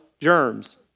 germs